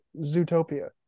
zootopia